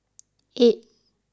eight